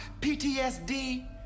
PTSD